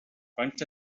faint